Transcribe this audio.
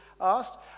asked